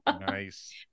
Nice